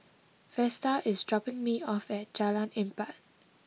Vesta is dropping me off at Jalan Empat